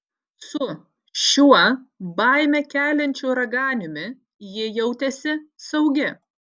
su šiuo baimę keliančiu raganiumi ji jautėsi saugi